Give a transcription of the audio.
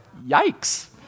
Yikes